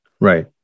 Right